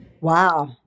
Wow